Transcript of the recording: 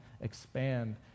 expand